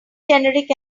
generic